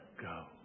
go